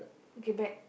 okay bet